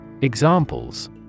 Examples